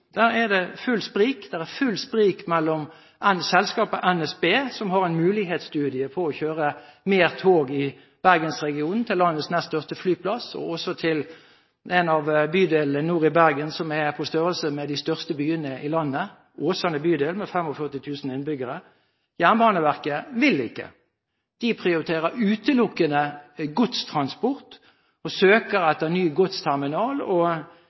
er det fullt sprik. Der er det fullt sprik mellom selskapet NSB – som har en mulighetsstudie på å kjøre flere tog i bergensregionen til landets nest største flyplass, og også til en av bydelene nord i Bergen som er på størrelse med de største byene i landet, Åsane bydel med 45 000 innbyggere – og Jernbaneverket, som ikke vil. De prioriterer utelukkende godstransport og søker etter ny godsterminal